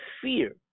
fear